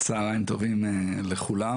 צוהריים טובים לכולם,